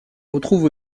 retrouve